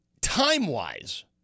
Time-wise